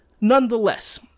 nonetheless